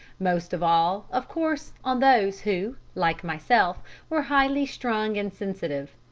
most of all, of course, on those who like myself were highly strung and sensitive.